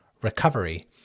recovery